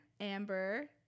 amber